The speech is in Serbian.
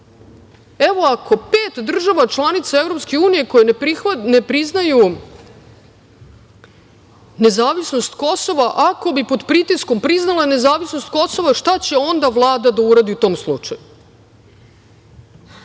Evo, ako pet država članica EU koje ne priznaju nezavisnost Kosova, ako bi pod pritiskom priznale nezavisnost Kosova, šta će onda Vlada da uradi u tom slučaju?